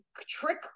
trick